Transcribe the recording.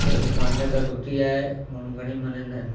त मान्यता सुठी आहे माण्हू घणेई मञंदा आहिनि